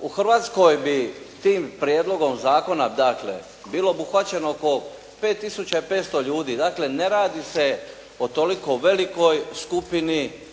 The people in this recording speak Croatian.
U Hrvatskoj bi tim prijedlogom zakona dakle bilo obuhvaćeno oko 550 ljudi. Dakle, ne radi se o toliko velikoj skupini